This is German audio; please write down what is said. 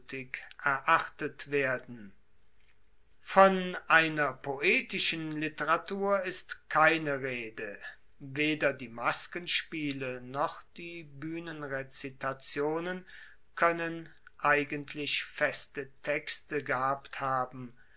erachtet werden von einer poetischen literatur ist keine rede weder die maskenspiele noch die buehnenrezitationen koennen eigentlich feste texte gehabt haben